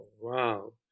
Wow